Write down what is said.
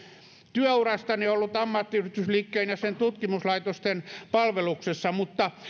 työurastani ollut ammattiyhdistysliikkeen ja sen tutkimuslaitosten palveluksessa mutta